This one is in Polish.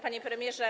Panie Premierze!